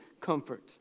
comfort